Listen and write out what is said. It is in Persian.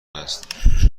است